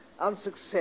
unsuccessful